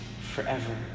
forever